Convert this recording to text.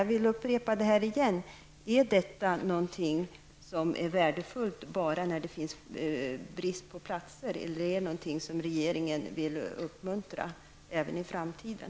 Jag vill upprepa min fråga: Är detta någonting som är värdefullt bara när det är brist på platser, eller är det någonting som regeringen vill uppmuntra även i framtiden?